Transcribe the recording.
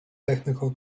technical